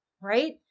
right